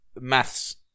maths